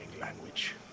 language